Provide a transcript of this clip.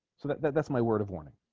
so that's my word of warning